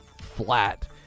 flat